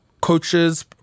coaches